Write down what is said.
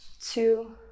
two